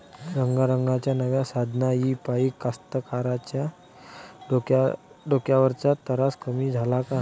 रंगारंगाच्या नव्या साधनाइपाई कास्तकाराइच्या डोक्यावरचा तरास कमी झाला का?